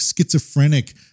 schizophrenic